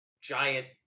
Giant